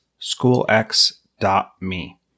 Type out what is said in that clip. schoolx.me